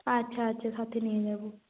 আচ্ছা আচ্ছা সাথে নিয়ে যাব